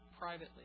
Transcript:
privately